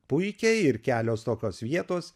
puikiai ir kelios tokios vietos